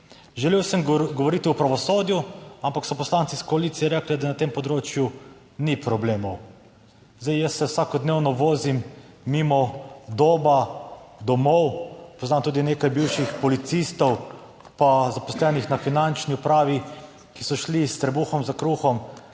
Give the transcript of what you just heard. Želel sem govoriti o pravosodju, ampak so poslanci iz koalicije rekli, da na tem področju ni problemov. Zdaj, jaz se vsakodnevno vozim mimo Doba domov. Poznam tudi nekaj bivših policistov, pa zaposlenih na finančni upravi, ki so šli s trebuhom za kruhom